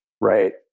right